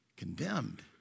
condemned